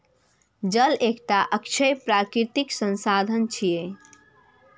जल एकटा अक्षय प्राकृतिक संसाधन छियै